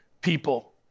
people